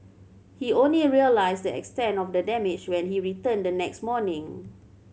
he only realised the extent of the damage when he returned the next morning